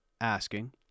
asking